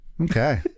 Okay